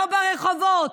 לא ברחובות.